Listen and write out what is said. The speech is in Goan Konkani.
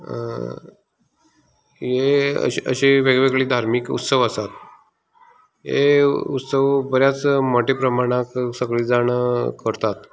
हे अशे वेगवेगळे धार्मीक उत्सव आसात हे उत्सव बऱ्याच मोठ्या प्रमाणान सगली जाण करतात